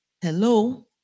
Hello